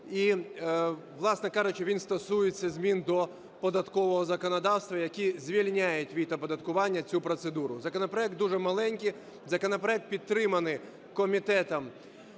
І, власне кажучи, він стосується змін до податкового законодавства, які звільняють від оподаткування цю процедуру. Законопроект дуже маленький. Законопроект підтриманий комітетом